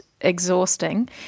exhausting